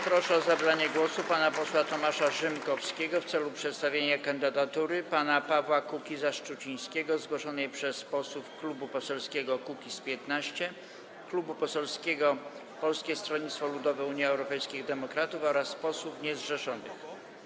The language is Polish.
Proszę o zabranie głosu pana posła Tomasza Rzymkowskiego w celu przedstawienia kandydatury pana Pawła Kukiza-Szczucińskiego, zgłoszonej przez posłów Klubu Poselskiego Kukiz’15, Klubu Poselskiego Polskiego Stronnictwa Ludowego - Unii Europejskich Demokratów oraz posłów niezrzeszonych.